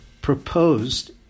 proposed